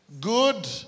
good